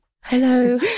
Hello